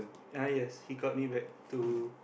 ya yes he called me back to